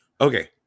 Okay